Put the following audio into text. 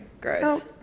Gross